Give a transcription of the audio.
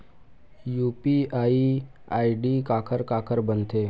UPI ID काखर काखर बनथे?